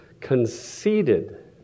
conceited